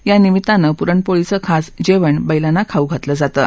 या निमित्तानं पुरण पोळीचं खास जेवण बस्तीना खाऊ घातलं जातं